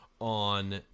on